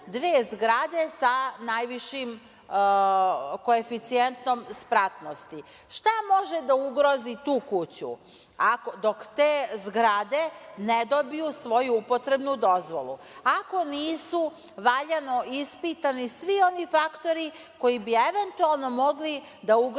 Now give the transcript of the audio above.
dve zgrade sa najvišim koeficijentom spratnosti. Šta može da ugrozi tu kuću, dok te zgrade ne dobiju svoju upotrebnu dozvolu? Ako nisu valjano ispitani svi oni faktori koji bi eventualno mogli da ugroze